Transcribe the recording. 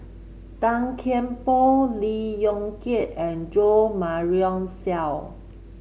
Tan Kian Por Lee Yong Kiat and Jo Marion Seow